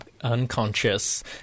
unconscious